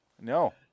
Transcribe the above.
No